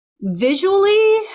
visually